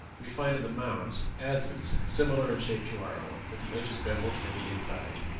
we find in the mounds adzes similar in shape to our own, with the edges bevelled from the inside.